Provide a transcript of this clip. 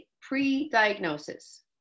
pre-diagnosis